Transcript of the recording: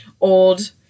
old